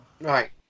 right